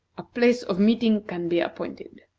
a place of meeting can be appointed.